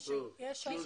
רק מי שנמצא במחנה.